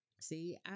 See